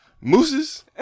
Mooses